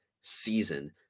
season